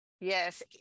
Yes